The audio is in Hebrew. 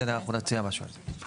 בסדר, אנחנו נציע משהו על זה.